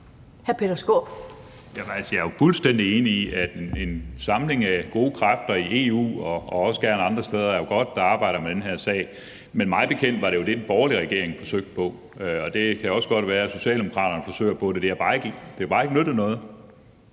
Jeg er jo fuldstændig enig i, at en samling af gode kræfter i EU og også gerne andre steder, der arbejder med den her sag, er godt, men mig bekendt var det jo det, den borgerlige regering forsøgte på, og det kan også godt være, at Socialdemokraterne forsøger på det. Det har bare ikke nyttet noget.